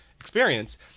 experience